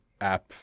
app